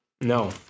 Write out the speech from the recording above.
No